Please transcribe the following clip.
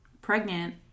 pregnant